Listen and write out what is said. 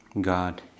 God